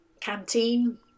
canteen